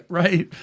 right